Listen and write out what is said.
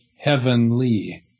heavenly